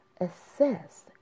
assess